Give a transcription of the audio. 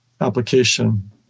application